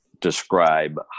Describe